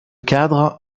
cadre